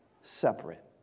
separate